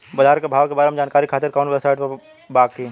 बाजार के भाव के बारे में जानकारी खातिर कवनो वेबसाइट बा की?